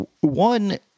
one